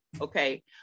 okay